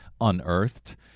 unearthed